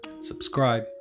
subscribe